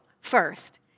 first